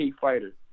fighter